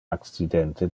accidente